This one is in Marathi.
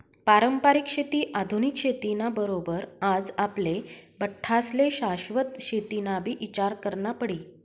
पारंपरिक शेती आधुनिक शेती ना बरोबर आज आपले बठ्ठास्ले शाश्वत शेतीनाबी ईचार करना पडी